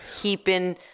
heaping